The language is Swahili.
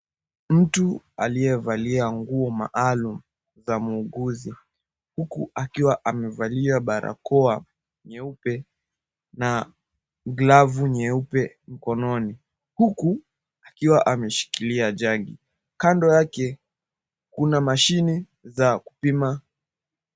Mtu aliyevalia nguo maalum za muuguzi huku akiwa amevalia barakoa nyeupe na glavu nyeupe mkononi huku akiwa ameshikilia jagi. Kando yake kuna mashini za kupima.